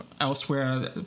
elsewhere